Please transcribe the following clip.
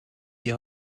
die